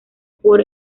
por